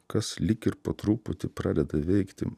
kas lyg ir po truputį pradeda veikti